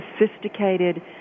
sophisticated